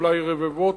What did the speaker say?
אולי רבבות,